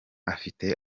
afite